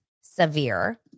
severe